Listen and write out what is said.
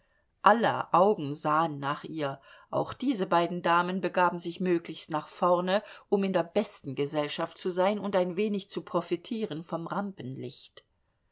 aller augen sahen nach ihr auch diese beiden damen begaben sich möglichst nach vorne um in der besten gesellschaft zu sein und ein wenig zu profitieren vom